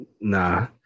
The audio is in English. Nah